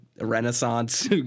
Renaissance